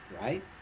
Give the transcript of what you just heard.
right